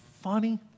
funny